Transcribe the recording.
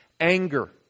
anger